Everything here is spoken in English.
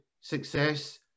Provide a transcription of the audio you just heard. success